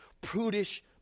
prudish